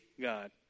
God